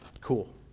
Cool